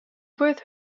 worth